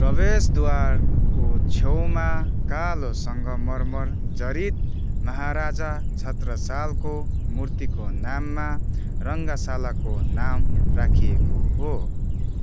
प्रवेशद्वारको छेउमा कालो सङ्गमरमर जडित महाराजा छत्रसालको मुर्तिको नाममा रङ्गशालाको नाम राखिएको हो